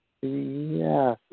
Yes